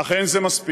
אך אין זה מספיק.